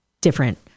different